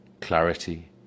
clarity